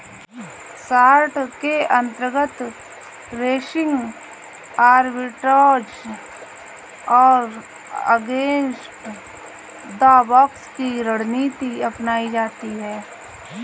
short के अंतर्गत racing arbitrage और अगेंस्ट द बॉक्स की रणनीति अपनाई जाती है